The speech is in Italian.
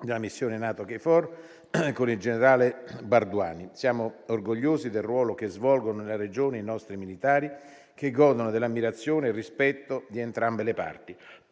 della missione NATO Kosovo Force (KFOR) con il generale Barduani. Siamo orgogliosi del ruolo che svolgono nella regione i nostri militari, che godono dell'ammirazione e del rispetto di entrambe le parti.